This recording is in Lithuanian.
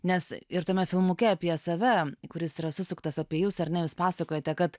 nes ir tame filmuke apie save kuris yra susuktas apie jus ar ne jūs pasakojote kad